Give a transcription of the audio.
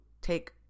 take